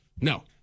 No